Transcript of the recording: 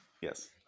Yes